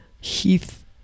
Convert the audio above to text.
Heath